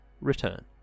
return